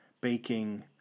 baking